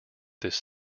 this